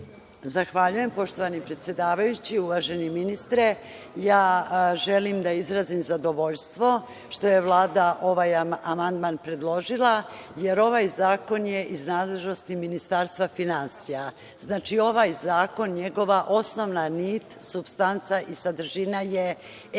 Zahvaljujem. Poštovani predsedavajući, uvaženi ministre, želim da izrazim zadovoljstvo što je Vlada ovaj amandman predložila, jer ovaj zakon je iz nadležnosti Ministarstva finansija. Znači, ovaj zakon, njegova osnovna nit, supstanca i sadržina je da